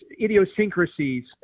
idiosyncrasies